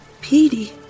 Petey